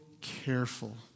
careful